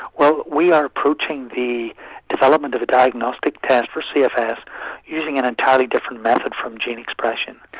well we are approaching the development of a diagnostic test for cfs using an entirely different method from gene expression.